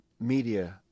media